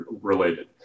related